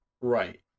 Right